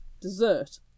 Dessert